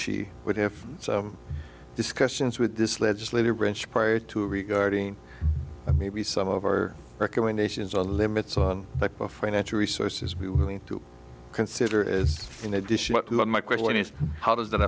she would have discussions with this legislative branch prior to regarding maybe some of our recommendations on limits on type of financial resources be willing to consider is in addition my question is how does that